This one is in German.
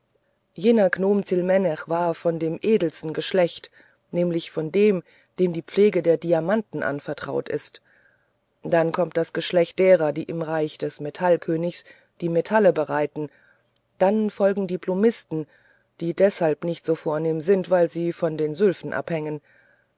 jener gnome tsilmenech war von dem edelsten geschlecht nämlich von dem dem die pflege der diamanten anvertraut ist dann kommt das geschlecht derer die im reich des metallkönigs die metalle bereiten dann folgen die blumisten die deshalb nicht so vornehm sind weil sie von den sylphen abhängen